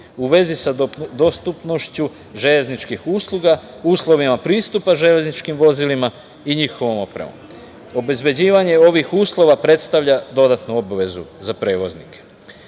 u vezi sa dostupnošću železničkih usluga, uslovima pristupa železničkim vozilima i njihovom opremom. Obezbeđivanje ovih uslova predstavlja dodatnu obavezu za prevoznike. Poslanička